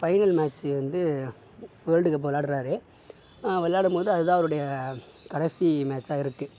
final match வந்து world cup விளாடுறாரு விளையாடும் போது அது தான் அவருடைய கடைசி மேட்ச்சாக இருக்குது